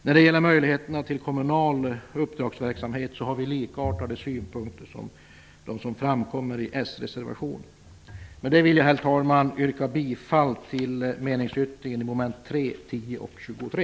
När det gäller möjligheterna till kommunal uppdragsverksamhet har vi synpunkter som är likartade dem som framgår av den socialdemokratiska reservationen. Med detta vill jag, herr talman, yrka bifall till meningsyttringen i mom. 3, 10 och 23.